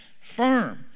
firm